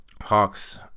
Hawks